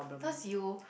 those you